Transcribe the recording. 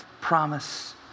promise